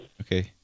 Okay